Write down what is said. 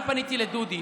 אני פניתי לדודי,